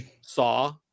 Saw